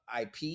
IP